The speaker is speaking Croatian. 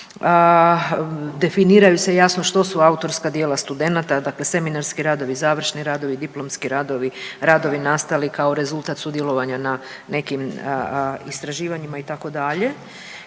Definiraju se jasno, što su autorska djela studenata, dakle seminarski radovi, završni radovi, diplomski radovi, radovi nastali kao rezultat sudjelovanja na nekim istraživanjima itd.